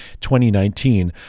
2019